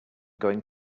going